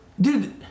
Dude